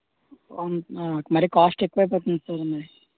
అవును మరీ కాస్ట్ ఎక్కువైపోతంది సార్ మరి